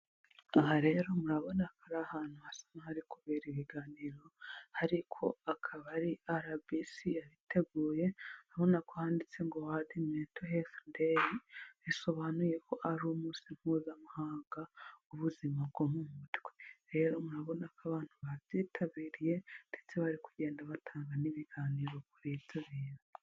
Aha rero murabona ko ari ahantu hasa n'ahari kubera ibiganiro, ariko akaba ari RBC yabiteguye, ubona ko handitse ngo" World mental Health Day", bisobanuye ko ari Umunsi Mpuzamahanga w'Ubuzima bwo mu Mutwe. Rero murabona ko abantu babyitabiriye ndetse bari kugenda batanga n'ibiganiro kuri ibyo bintu.